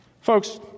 Folks